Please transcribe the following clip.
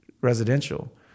residential